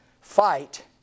fight